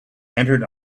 entered